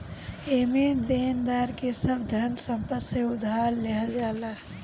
एमे देनदार के सब धन संपत्ति से उधार लेहल जाला